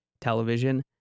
television